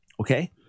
okay